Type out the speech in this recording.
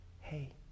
Hey